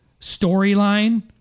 storyline